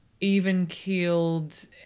even-keeled